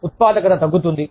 ఉత్పాదకత తగ్గుతుంది